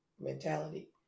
mentality